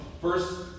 First